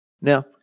Now